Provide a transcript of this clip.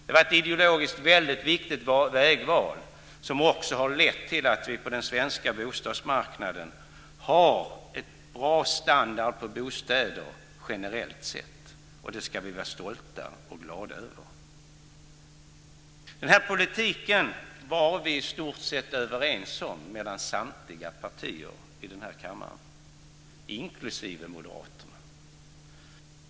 Det var ett ideologiskt väldigt viktigt vägval som också har lett till att vi på den svenska bostadsmarknaden har en bra standard på bostäder generellt sett. Det ska vi vara stolta och glada över. Denna politik var i stort sett samtliga partier i den här kammaren överens om, inklusive Moderaterna.